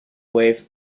wave